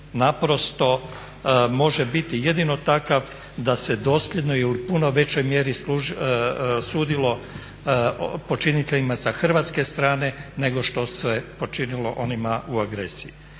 naprosto može biti jedino takav da se dosljedno i u puno većoj mjeri sudilo počiniteljima sa hrvatske strane nego što se počinilo onima u agresiji.